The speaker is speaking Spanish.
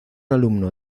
alumno